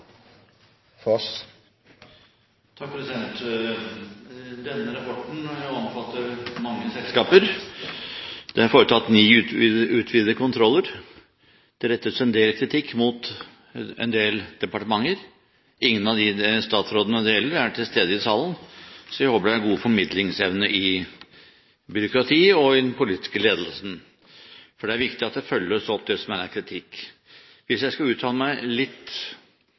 nr. 3. Denne rapporten omfatter mange selskaper. Det er foretatt ni utvidede kontroller. Det rettes en del kritikk mot en del departementer. Ingen av de statsrådene det gjelder, er til stede i salen, så jeg håper det er god formidlingsevne i byråkratiet og i den politiske ledelsen, for det er viktig at det som er av kritikk, følges opp. Hvis jeg skal uttale meg litt